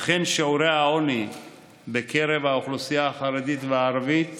אכן שיעורי העוני בקרב האוכלוסיות החרדית והערבית